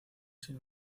sin